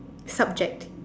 subject